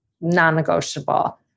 non-negotiable